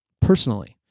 personally